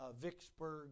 Vicksburg